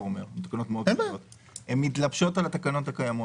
הן תקנות שמתלבשות על התקנות הקיימות.